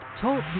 Talk